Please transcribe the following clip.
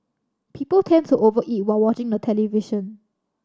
people tend to over eat while watching the television